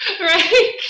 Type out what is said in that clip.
Right